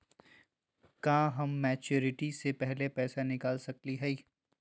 का हम मैच्योरिटी से पहले पैसा निकाल सकली हई?